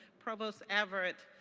provost everett,